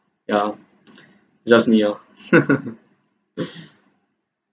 ya just me oh